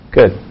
Good